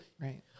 right